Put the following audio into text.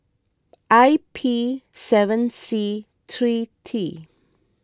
I P seven C three T